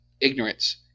ignorance